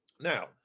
now